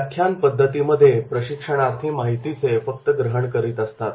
व्याख्यान पद्धतीमध्ये प्रशिक्षणार्थी माहितीचे फक्त ग्रहण करत असतात